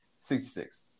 66